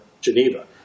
Geneva